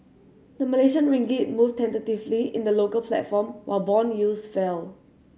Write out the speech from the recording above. the Malaysian ringgit moved tentatively in the local platform while bond yields fell